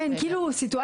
שחי עם בת זוג סיעודית.